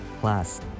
Plus